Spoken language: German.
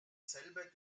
selber